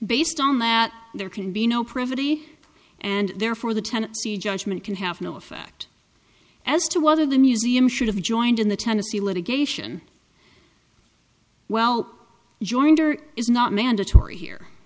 based on that there can be no privity and therefore the tennessee judgment can have no effect as to whether the museum should have joined in the tennessee litigation well joined or is not mandatory here